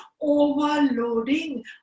overloading